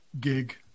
gig